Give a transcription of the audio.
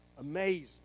Amazing